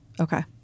Okay